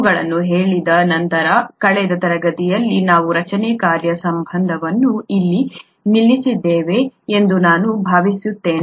ಇವುಗಳನ್ನು ಹೇಳಿದ ನಂತರ ಕಳೆದ ತರಗತಿಯಲ್ಲಿ ನಾವು ರಚನೆ ಕಾರ್ಯ ಸಂಬಂಧವನ್ನು ಇಲ್ಲಿ ನಿಲ್ಲಿಸಿದ್ದೇವೆ ಎಂದು ನಾನು ಭಾವಿಸುತ್ತೇನೆ